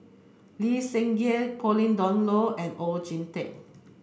Lee Seng Gee Pauline Dawn Loh and Oon Jin Teik